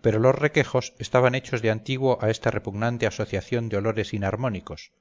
pero los requejos estaban hechos de antiguo a esta repugnante asociación de olores inarmónicos